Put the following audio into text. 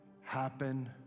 happen